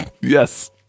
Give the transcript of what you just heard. Yes